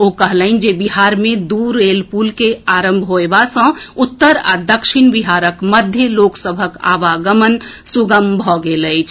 ओ कहलनि जे बिहार मे दू रेल पुल के आरंभ होयबा सँ उत्तर आ दक्षिण बिहारक मध्य लोक सभक आवागमन सुगम भऽ गेल अछि